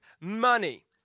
money